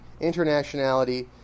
internationality